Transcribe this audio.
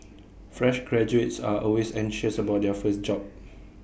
fresh graduates are always anxious about their first job